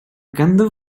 ganddo